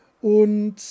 und